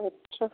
अच्छा